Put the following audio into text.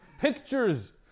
Pictures